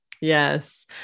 Yes